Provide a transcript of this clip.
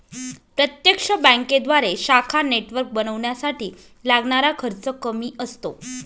प्रत्यक्ष बँकेद्वारे शाखा नेटवर्क बनवण्यासाठी लागणारा खर्च कमी असतो